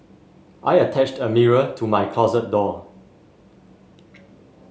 I attached a mirror to my closet door